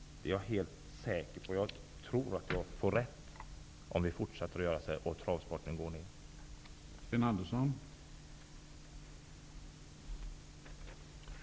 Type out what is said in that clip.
Det är jag helt säker på. Jag tror att jag får rätt, om vi fortsätter att göra på detta sätt, så att travsportens omfattning minskar.